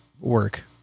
work